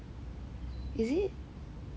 is it